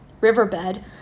riverbed